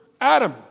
Adam